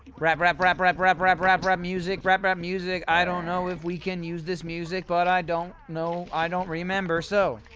rap rap rap rap rap rap rap rap music rap rap music i don't know if we can use this music but i don't know, i don't remember so!